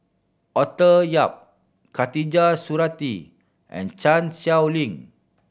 Arthur Yap Khatijah Surattee and Chan Sow Lin